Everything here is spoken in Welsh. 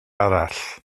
arall